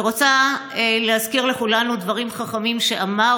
ורוצה להזכיר לכולנו דברים חכמים שאמר,